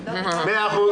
מקבל.